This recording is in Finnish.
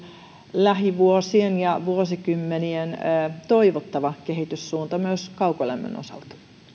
lähivuosien ja vuosikymmenien toivottava kehityssuunta myös kaukolämmön osalta